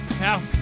Now